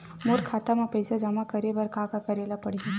मोर खाता म पईसा जमा करे बर का का करे ल पड़हि?